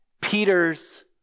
Peter's